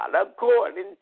according